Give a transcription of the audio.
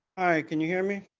can you hear me?